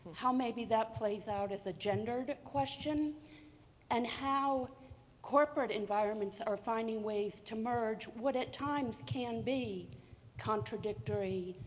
how maybe that plays out as a gender question and how corporate environments are finding ways to merge what, at times, can be contradictory,